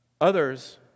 others